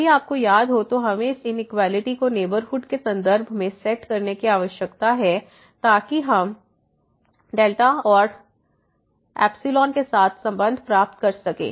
यदि आपको याद हो तो हमें इस इनइक्वालिटी को नेबरहुड के संदर्भ में सेट करने की आवश्यकता है ताकि हम और के साथ संबंध प्राप्त कर सकें